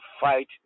fight